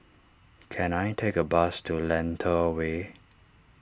can I take a bus to Lentor Way